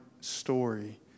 story